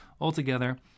altogether